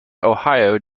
ohio